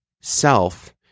self